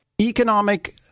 economic